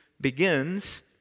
begins